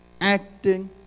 acting